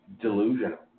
delusional